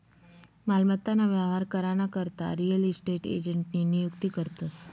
मालमत्ता ना व्यवहार करा ना करता रियल इस्टेट एजंटनी नियुक्ती करतस